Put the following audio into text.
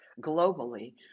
globally